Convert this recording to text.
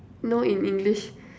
know in English